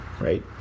right